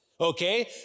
okay